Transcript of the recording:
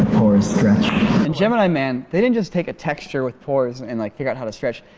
pores stretch and gemini man, they didn't just take a texture with pores and like figure out how to stretch,